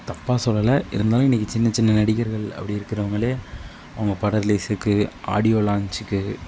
தப்பாக சொல்லலை இருந்தாலும் இன்னைக்கி சின்ன சின்ன நடிகர்கள் அப்படி இருக்கிறவங்களே அவங்க பட ரிலீஸுக்கு ஆடியோ லாஞ்ச்சுக்கு